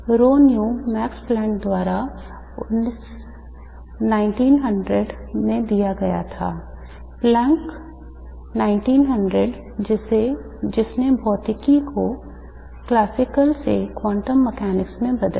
ρν Max Planck द्वारा 1900 में दिया गया था प्लैंक 1900 जिसने भौतिकी को classical से quantum mechanics में बदल दिया